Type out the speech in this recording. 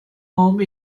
home